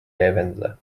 leevendada